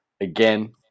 again